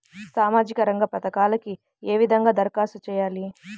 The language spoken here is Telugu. సామాజిక రంగ పథకాలకీ ఏ విధంగా ధరఖాస్తు చేయాలి?